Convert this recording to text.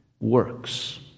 works